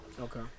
okay